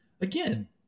again